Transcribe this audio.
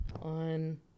on